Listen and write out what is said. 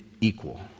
equal